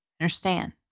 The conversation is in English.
Understand